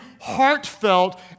heartfelt